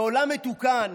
בעולם מתוקן